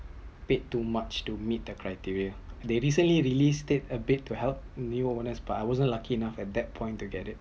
paid too much to meet the criteria they recently released it a bit to help me a bonus but I wasn’t lucky enough at that point to get it